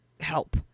help